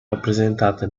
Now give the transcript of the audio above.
rappresentate